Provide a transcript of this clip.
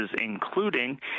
including